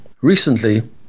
Recently